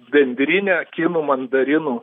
bendrine kinų mandarinų